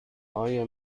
آیا